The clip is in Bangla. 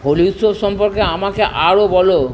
হোলি উৎসব সম্পর্কে আমাকে আরও বলো